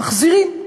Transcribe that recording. אז מחזירים.